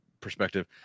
perspective